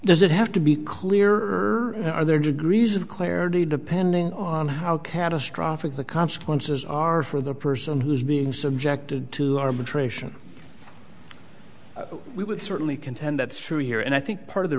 does it have to be clear are there degrees of clarity depending on how catastrophic the consequences are for the person who's being subjected to arbitration we would certainly contend that's true here and i think part of the